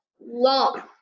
long